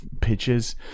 pictures